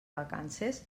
vacances